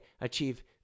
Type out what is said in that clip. achieve